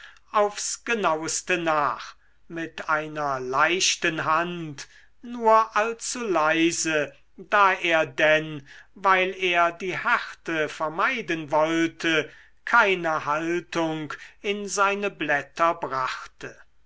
aufs genauste nach mit einer leichten hand nur allzu leise da er denn weil er die härte vermeiden wollte keine haltung in seine blätter brachte